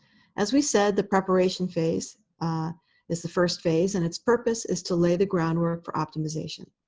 as we said, the preparation phase is the first phase, and its purpose is to lay the groundwork for optimization.